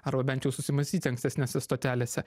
arba bent jau susimąstyti ankstesnėse stotelėse